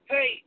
Hey